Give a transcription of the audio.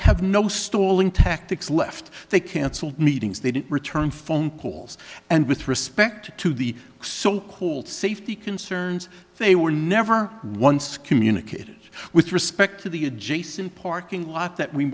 have no stalling tactics left they cancelled meetings they didn't return phone calls and with respect to the so called safety concerns they were never once communicated with respect to the adjacent parking lot that we